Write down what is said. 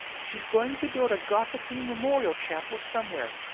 she's going to build a gothicky memorial chapel somewhere,